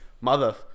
mother